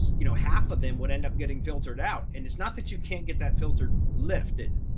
you know, half of them would end up getting filtered out. and it's not that you can't get that filter lifted,